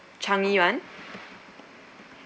changi [one]